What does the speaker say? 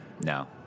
No